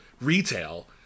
retail